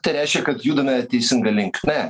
tai reiškia kad judame teisinga linkme